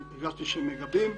הרגשתי שנותנים גיבוי,